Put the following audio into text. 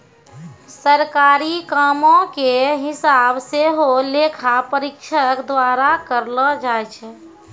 सरकारी कामो के हिसाब सेहो लेखा परीक्षक द्वारा करलो जाय छै